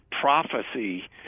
prophecy